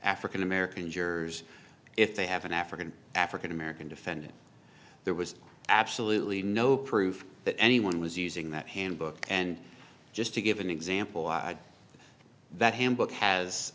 african american jurors if they have an african african american defendant there was absolutely no proof that anyone was using that handbook and just to give an example that ha